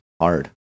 hard